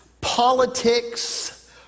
Politics